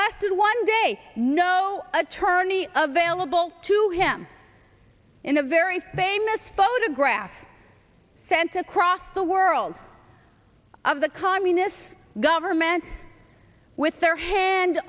lasted one day no attorney available to him in a very famous photograph sent across the world of the communist government with their hand